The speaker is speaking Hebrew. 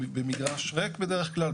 במגרש ריק בדרך כלל,